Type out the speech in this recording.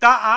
da